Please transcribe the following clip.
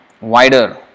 wider